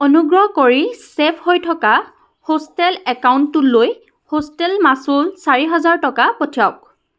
অনুগ্ৰহ কৰি ছে'ভ হৈ থকা হোষ্টেল একাউণ্টটোলৈ হোষ্টেল মাচুল চাৰি হাজাৰ টকা পঠিয়াওক